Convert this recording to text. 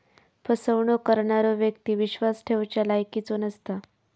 फसवणूक करणारो व्यक्ती विश्वास ठेवच्या लायकीचो नसता